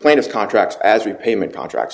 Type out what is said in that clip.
plaintiff contracts as repayment contracts